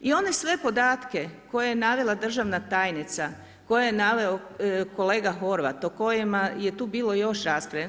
I oni sve podatke koje je navela državna tajnica, koje je naveo kolega Horvat, o kojima je tu bilo još rasprave.